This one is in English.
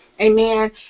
Amen